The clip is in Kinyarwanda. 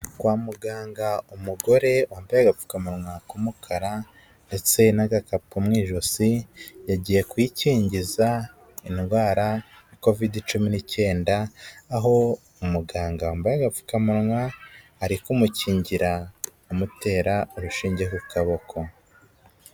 Kwa muganga umugore wabega agapfukamunwa k'umukara ndetse n'agakapu mu ijosi, yagiye kwikingiza indwara ya kovide cumi n'icyenda, aho umuganga yambaye agapfukamunwa, ari kumukingira amutera urushinge ku kaboko.